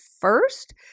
first